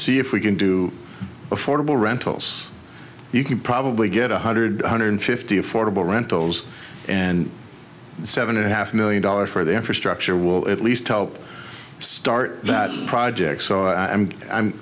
see if we can do affordable rentals you can probably get one hundred one hundred fifty affordable rentals and seven and a half million dollars for the infrastructure will at least help start that project so i'm i'm